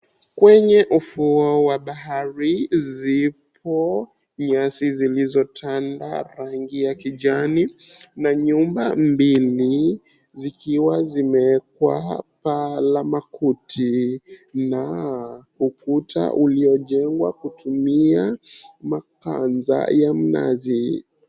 Kwenye ufuo wa bahari zipo nyasi zilizotanda rangi ya kijani na nyumba mbili zikiwa zimeekwa paa la makuti na ukuta uliojengwa kutumia mathanza ya mnazi.